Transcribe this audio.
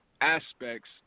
aspects